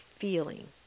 feeling